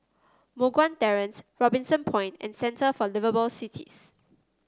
Moh Guan Terrace Robinson Point and Centre for Liveable Cities